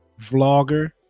vlogger